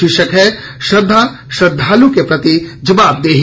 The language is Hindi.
शीर्षक है श्रद्धा श्रद्धालु के प्रति जवाबदेही